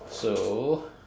so